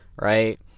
right